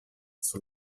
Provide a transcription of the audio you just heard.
sur